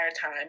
time